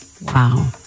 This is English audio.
Wow